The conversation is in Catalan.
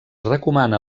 recomana